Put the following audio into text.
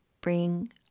bring